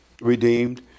redeemed